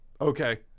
Okay